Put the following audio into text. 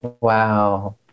Wow